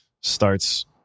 starts